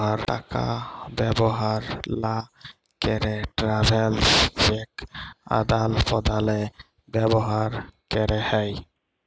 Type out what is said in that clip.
টাকা ব্যবহার লা ক্যেরে ট্রাভেলার্স চেক আদাল প্রদালে ব্যবহার ক্যেরে হ্যয়